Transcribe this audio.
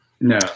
No